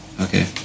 Okay